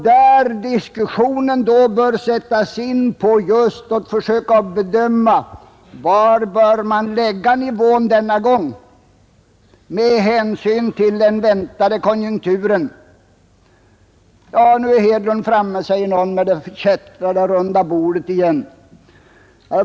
Diskussionen bör då koncentreras just till frågan om vad nivån bör vara med hänsyn till den väntade konjunkturen. Ja, nu är Hedlund framme, säger någon, med det förkättrade runda bordet igen.